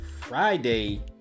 Friday